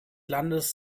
landes